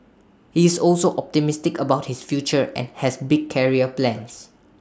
he's also optimistic about his future and has big career plans